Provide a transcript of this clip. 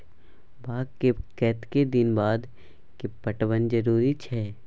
बाग के कतेक दिन के बाद पटवन जरूरी छै?